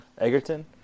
Egerton